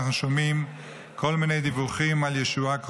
אנחנו שומעים כל מיני דיווחים על ישועה קרובה,